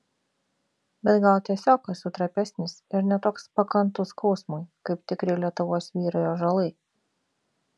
bet gal tiesiog esu trapesnis ir ne toks pakantus skausmui kaip tikri lietuvos vyrai ąžuolai